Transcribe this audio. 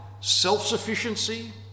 self-sufficiency